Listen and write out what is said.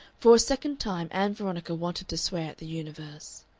for a second time ann veronica wanted to swear at the universe.